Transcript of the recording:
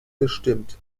bestimmt